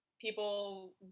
people